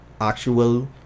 actual